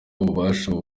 ububasha